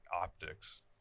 optics